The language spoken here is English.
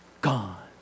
gone